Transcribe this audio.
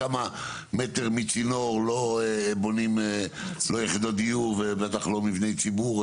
מכמה מטרים מצינור לא בונים יחידות דיור או מבני ציבור?